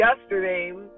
yesterday